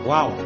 Wow